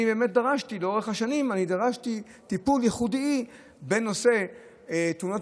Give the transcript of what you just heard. לאורך השנים דרשתי טיפול ייחודי בנושא תאונות